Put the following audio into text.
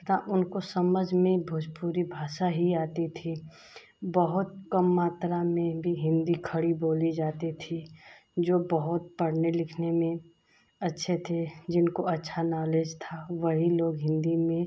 तथा उनको समझ में भोजपुरी भाषा ही आती थी बहुत कम मात्रा में भी हिन्दी खड़ी बोली जाती थी जो बहुत पढ़ने लिखने में अच्छे थे जिनको अच्छा नॉलेज था वही लोग हिन्दी में